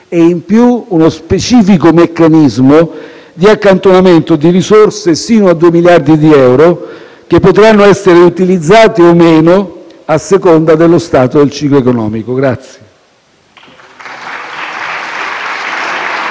e in più uno specifico meccanismo di accantonamento di risorse fino a due miliardi di euro che potranno essere utilizzati o meno a seconda dello stato del ciclo economico.